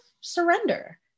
surrender